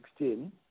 2016